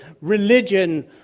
religion